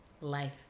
life